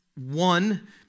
one